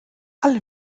alle